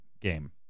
game